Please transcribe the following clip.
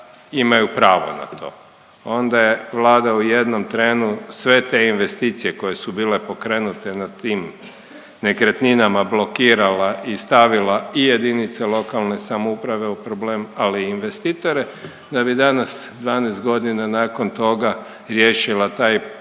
imaju pravo na to. Onda je Vlada u jednom trenu sve te investicije koje su bile pokrenute nad tim nekretninama blokirala i stavila i jedinice lokalne samouprave u problem ali i investitore, da bi danas 12 godina nakon toga riješila taj problem